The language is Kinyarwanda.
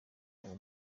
uwo